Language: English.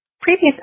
previous